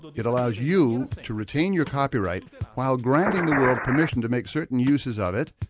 but it allows you to retain your copyright while granting the world permission to make certain uses of it,